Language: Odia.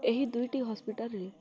ଏହି ଦୁଇଟି ହସ୍ପିଟାଲରେ